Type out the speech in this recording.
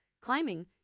climbing